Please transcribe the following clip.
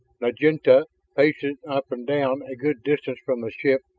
naginlta, pacing up and down a good distance from the ship,